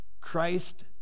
Christ